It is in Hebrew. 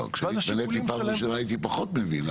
לא, כשאני הייתי פעם ראשונה, הייתי פחות מבין.